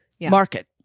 Market